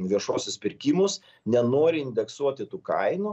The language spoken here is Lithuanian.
viešuosius pirkimus nenori indeksuoti tų kainų